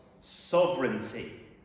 sovereignty